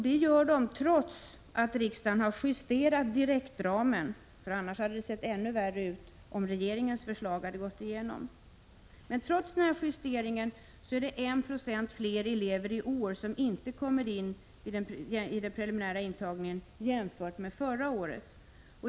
Det gör de trots att riksdagen har justerat direktramen — det hade sett ännu värre ut om regeringens förslag hade gått igenom. Trots denna justering är det i år 1 Yo fler som inte kommer in vid den preliminära intagningen än det var förra året.